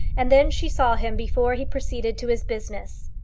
and then she saw him before he proceeded to his business.